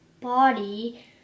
body